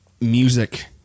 music